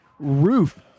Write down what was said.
roof